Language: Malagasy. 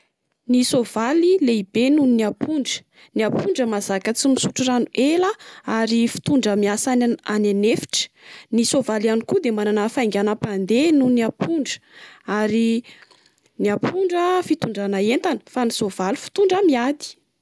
Ny soavaly i, lehibe noho ny ampondra. Ny ampondra mahazaka tsy misotro rano ela ary fitondra miasa any an- any an'efitra. Ny sovaly ihany koa dia manana hafagainam-pandeha noho ny ampondra. Ary ny ampondra fitondrana entana fa ny soavaly fitondra miady!